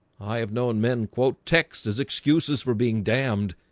i have known men quote text as excuses for being damned